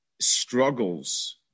struggles